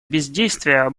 бездействия